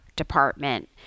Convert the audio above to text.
department